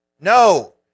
No